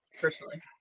personally